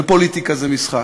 ופוליטיקה זה משחק,